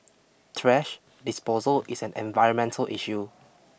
trash disposal is an environmental issue